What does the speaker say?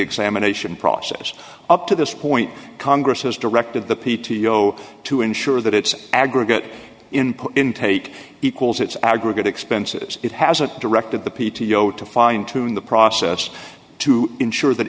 examination process up to this point congress has directed the p t o to ensure that its aggregate input intake equals its aggregate expenses it hasn't directed the p t o to fine tune the process to ensure that